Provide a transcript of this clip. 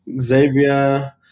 Xavier